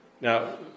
Now